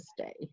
stay